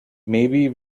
maybe